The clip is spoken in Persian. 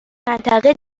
منطقه